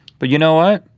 but you know what?